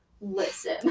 listen